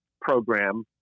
program